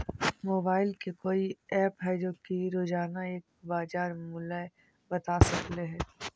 Mobile के कोइ app है जो कि रोजाना के बाजार मुलय बता सकले हे?